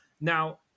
Now